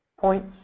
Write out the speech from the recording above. points